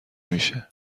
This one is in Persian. میشه